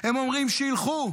הם אומרים: שילכו,